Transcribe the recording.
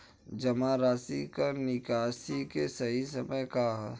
जमा राशि क निकासी के सही समय का ह?